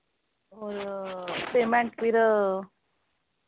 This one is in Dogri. और पेमैंट फिर